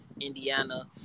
Indiana